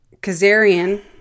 Kazarian